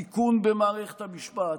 תיקון במערכת המשפט,